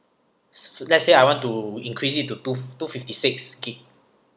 s~ let's say I want to increase it to two two fifty six gig